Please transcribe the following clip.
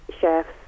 chefs